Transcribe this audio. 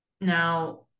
Now